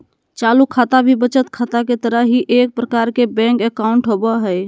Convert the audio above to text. चालू खाता भी बचत खाता के तरह ही एक प्रकार के बैंक अकाउंट होबो हइ